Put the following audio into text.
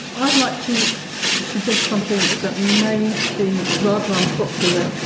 i'd like to suggest something that may be rather unpopular.